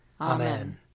Amen